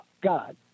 God